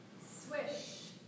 swish